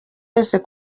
muntu